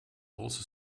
also